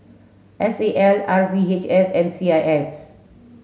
S A L R V H S and C I S